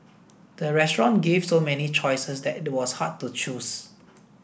the restaurant gave so many choices that it was hard to choose